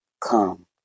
come